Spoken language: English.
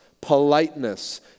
politeness